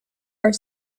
are